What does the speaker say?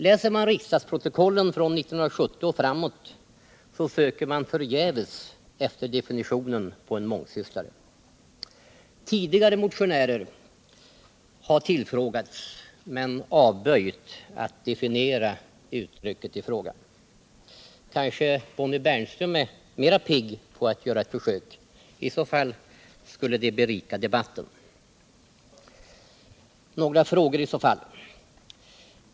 Läser man riksdagsprotokollen från 1970 och framåt, söker man där förgäves efter en definition på vad en mångsysslare är. Tidigare motionärer har tillfrågats men avböjt att definiera uttrycket i fråga. Kanske Bonnie Bernström är mera pigg på att göra ett försök; i så fall skulle det berika debatten.